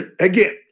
again